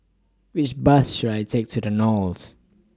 Which Bus should I Take to The Knolls